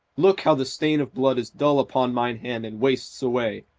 look, how the stain of blood is dull upon mine hand and wastes away,